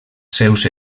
seus